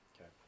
Okay